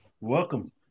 Welcome